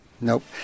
Nope